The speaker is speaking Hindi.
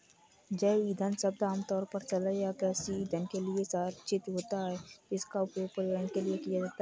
जैव ईंधन शब्द आमतौर पर तरल या गैसीय ईंधन के लिए आरक्षित होता है, जिसका उपयोग परिवहन के लिए किया जाता है